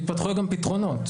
התפתחו גם פתרונות.